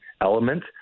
element